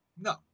no